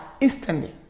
instantly